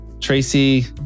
Tracy